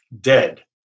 dead